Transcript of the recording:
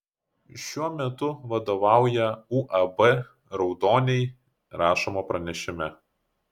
šiuo metu vadovauja uab raudoniai rašoma pranešime